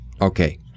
Okay